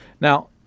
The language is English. Now